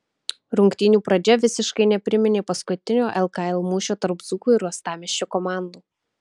rungtynių pradžia visiškai nepriminė paskutinio lkl mūšio tarp dzūkų ir uostamiesčio komandų